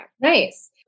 nice